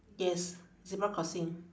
yes zebra crossing